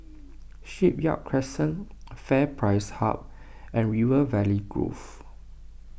Shipyard Crescent FairPrice Hub and River Valley Grove